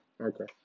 Okay